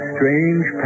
Strange